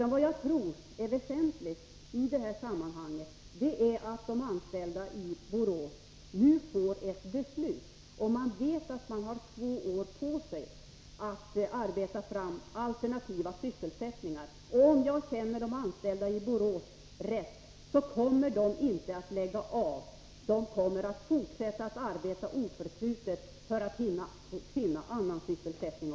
Det jag tror är väsentligt i det här sammanhanget är att de anställda i Borås Nr 55 nu får ett beslut att utgå ifrån. Man vet att man har två år på sig att arbeta Onsdagen den fram alternativ sysselsättning. Om jag känner de anställda i Borås rätt 21 december 1983 kommer de inte att lägga av, de kommer att fortsätta att arbeta oförtrutet för att finna annan sysselsättning.